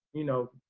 you know,